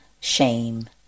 shame